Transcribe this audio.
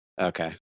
Okay